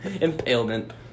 Impalement